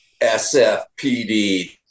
SFPD